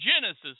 Genesis